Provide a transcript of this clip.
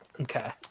Okay